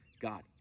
God